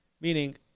meaning